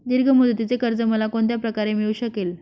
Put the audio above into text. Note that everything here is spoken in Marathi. दीर्घ मुदतीचे कर्ज मला कोणत्या प्रकारे मिळू शकेल?